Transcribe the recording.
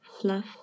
Fluff